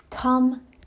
Come